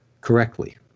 correctly